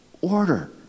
order